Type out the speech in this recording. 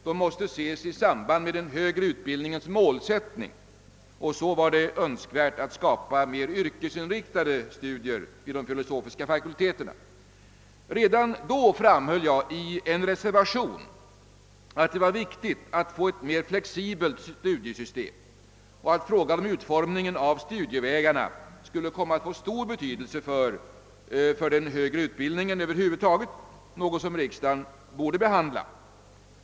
De måste ses i samband med den högre utbildningens målsättning, och det var önskvärt att skapa mer yrkesinriktade studier vid de filosofiska fakulteterna. Redan då framhöll jag i en reservation att det var viktigt att få ett mer flexibelt studiesystem och att utformningen av studievägarna skulle komma att få stor betydelse för den högre utbildningen över huvud taget, något som riksdagen borde behandla.